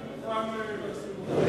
אני מוכן להסיר אותה.